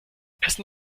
essen